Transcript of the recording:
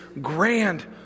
grand